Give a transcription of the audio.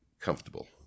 comfortable